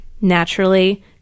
Naturally